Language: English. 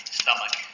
stomach